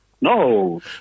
No